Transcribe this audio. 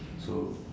so